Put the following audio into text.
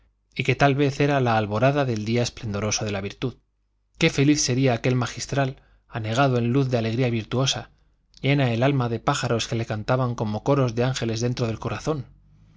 y que tal vez era la alborada del día esplendoroso de la virtud qué feliz sería aquel magistral anegado en luz de alegría virtuosa llena el alma de pájaros que le cantaban como coros de ángeles dentro del corazón